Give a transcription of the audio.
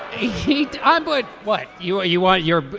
a heat i would. what you ah you want. you're.